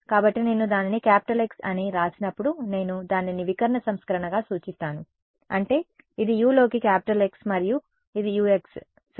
కాబట్టి నేను దానిని క్యాపిటల్ X అని వ్రాసినప్పుడు నేను దానిని వికర్ణ సంస్కరణగా సూచిస్తాను అంటే ఇది u లోకి క్యాపిటల్ X మరియు ఇది Ux సరే